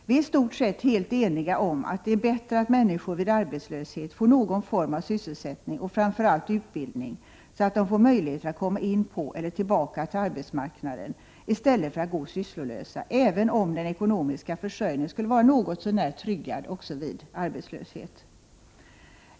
Vi är i stort sett helt eniga om att det är bättre att människor vid arbetslöshet får någon form av sysselsättning och framför allt utbildning så att de får möjligheter att komma in på eller tillbaka till arbetsmarknaden i stället för att gå sysslolösa, även om den ekonomiska försörjningen skulle vara något så när tryggad också vid arbetslöshet.